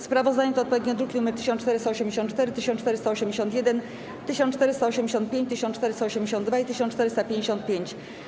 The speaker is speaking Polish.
Sprawozdania to odpowiednio druki nr 1484, 1481, 1485, 1482 i 1455.